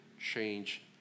Change